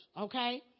okay